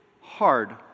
hard